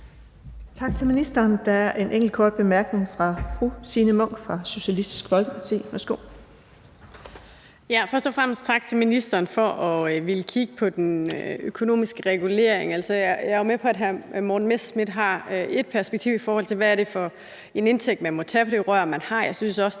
Tak til ministeren. Der er en enkelt kort bemærkning fra fru Signe Munk fra Socialistisk Folkeparti. Værsgo. Kl. 15:39 Signe Munk (SF): Først og fremmest tak til ministeren for at ville kigge på den økonomiske regulering. Jeg er med på, at hr. Morten Messerschmidt har ét perspektiv, i forhold til hvad det er for en indtægt, man må have fra det rør, man har.